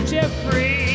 Jeffrey